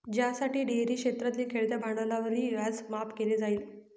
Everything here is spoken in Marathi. ज्यासाठी डेअरी क्षेत्रातील खेळत्या भांडवलावरील व्याज माफ केले जाईल